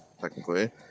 technically